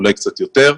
אולי קצת יותר,